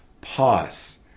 Pause